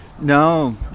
No